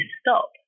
stop